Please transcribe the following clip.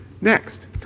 Next